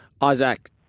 Isaac